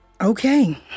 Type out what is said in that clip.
Okay